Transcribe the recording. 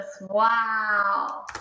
wow